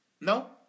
No